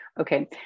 Okay